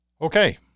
Okay